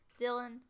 Dylan